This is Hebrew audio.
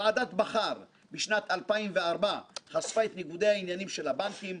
ועדת בכר בשנת 2004 חשפה את ניגודי העניינים של הבנקים,